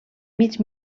mig